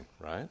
right